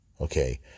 Okay